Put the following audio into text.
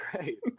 great